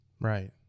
Right